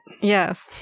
Yes